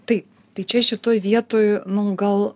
taip tai čia šitoj vietoj nu gal a